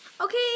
Okay